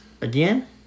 Again